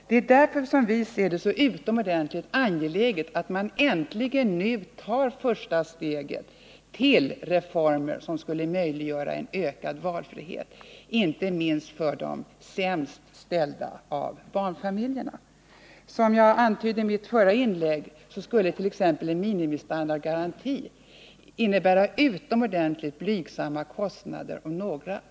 Det är därför, som vi ser det, utomordentligt angeläget att nu äntligen ta ett första steg till reformer som skulle möjliggöra en ökad valfrihet, inte minst för de sämst ställda barnfamiljerna. Som jag antydde i mitt förra inlägg skulle t.ex. en minimistandardgaranti innebära utomordentligt blygsamma kostnader, om ens några.